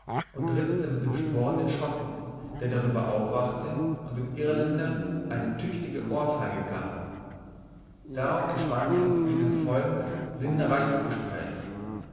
und ritzte mit dem sporn den schotten der darüber aufwachte und dem irländer eine tüchtige ohrfeige gab darauf entspann sich unter ihnen folgendes sinnreiche gespräch